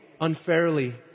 unfairly